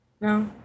No